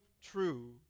true